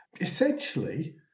Essentially